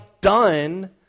done